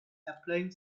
applying